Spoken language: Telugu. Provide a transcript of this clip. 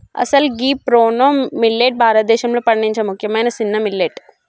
అసలు గీ ప్రోనో మిల్లేట్ భారతదేశంలో పండించే ముఖ్యమైన సిన్న మిల్లెట్